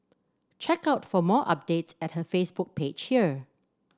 check out for more updates at her Facebook page here